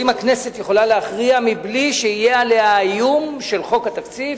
האם הכנסת יכולה להכריע בלי שיהיה עליה האיום של חוק התקציב,